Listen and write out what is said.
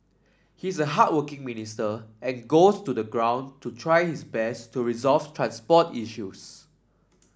he's a hardworking minister and goes to the ground to try his best to resolve transport issues